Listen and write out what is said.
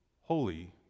holy